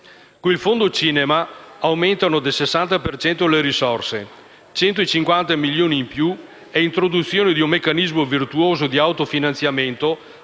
Con il Fondo cinema aumentano del 60 per cento le risorse: 150 milioni in più e introduzione di un meccanismo virtuoso di autofinanziamento